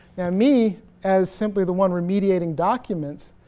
me. as simply the one remediating documents,